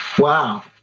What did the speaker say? Wow